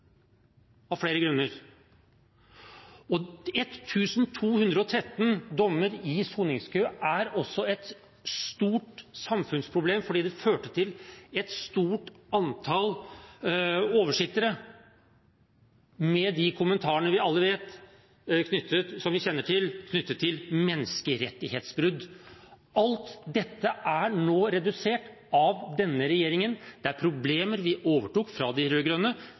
av flere grunner. 1 213 dommer i soningskø er også et stort samfunnsproblem fordi det førte til et stort antall oversittere, med de kommentarene som vi kjenner til knyttet til menneskerettighetsbrudd. Alt dette er nå redusert av denne regjeringen. Det er problemer vi overtok fra de